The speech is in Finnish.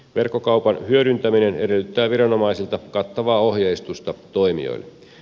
verkkokaupan hyödyntäminen edellyttää viranomaisilta kattavaa ohjeistusta toimijoille